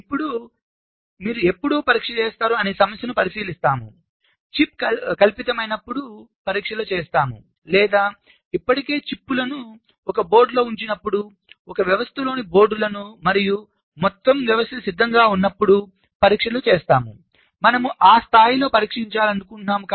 ఇప్పుడు మీరు ఎప్పుడు పరీక్ష చేస్తారు అనే సమస్యను పరిశీలిస్తాముచిప్స్ కల్పితమైనప్పుడు పరీక్షలు చేస్తాము లేదా మేము ఇప్పటికే చిప్లను ఒక బోర్డులో ఉంచినప్పుడు ఒక వ్యవస్థలోని బోర్డులను మరియు మొత్తం వ్యవస్థ సిద్ధంగా ఉన్నప్పుడు పరీక్షలు చేస్తాము మనము ఆ స్థాయిలో పరీక్షించాలనుకుంటున్నాము